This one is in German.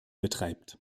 betreibt